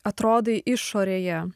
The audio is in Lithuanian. atrodai išorėje